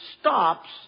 stops